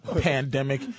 Pandemic